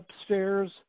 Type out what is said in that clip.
Upstairs